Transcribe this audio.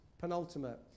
penultimate